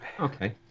Okay